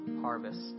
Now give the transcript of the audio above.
harvest